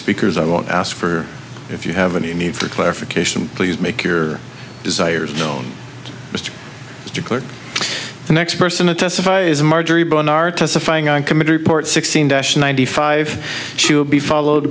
speakers i won't ask for if you have a need for clarification please make your desires known mr record the next person to testify is marjorie barnard testifying on committee report sixteen dash ninety five she will be followed